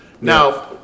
Now